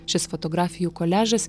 šis fotografijų koliažas